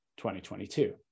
2022